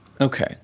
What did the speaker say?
Okay